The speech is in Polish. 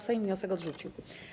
Sejm wniosek odrzucił.